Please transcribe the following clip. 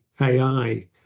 AI